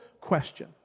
question